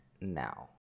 now